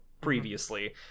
previously